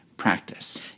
practice